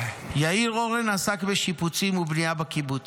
יאיר הורן עסק בשיפוצים ובנייה בקיבוץ,